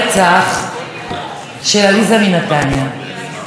הרי היא פנתה למשטרה והיא התלוננה,